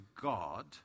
God